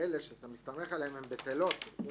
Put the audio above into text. האלה שאתה מסתמך עליהן, הן בטלות.